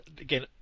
again